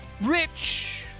rich